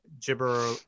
gibber